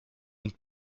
und